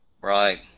Right